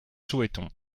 souhaitons